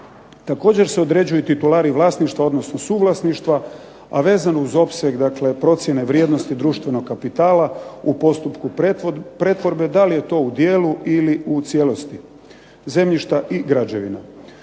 Također se određuju i titulari vlasništva, odnosno suvlasništva, a vezano uz opseg, dakle procjene vrijednosti društvenog kapitala u postupku pretvorbe da li je to u dijelu ili u cijelosti zemljišta i građevina.